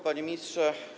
Panie Ministrze!